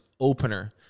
opener